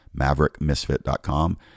maverickmisfit.com